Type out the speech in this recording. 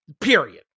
period